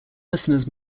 listeners